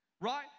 Right